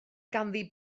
ganddi